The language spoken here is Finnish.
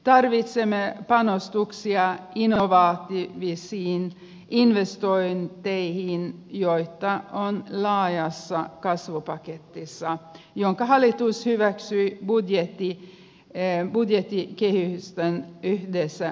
tarvitsemme panostuksia innovatiivisiin investointeihin joita on laajassa kasvupaketissa jonka hallitus hyväksyi budjettikehysten yhteydessä maaliskuussa